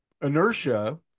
inertia